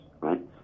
right